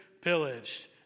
pillaged